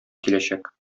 киләчәк